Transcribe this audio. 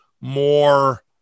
more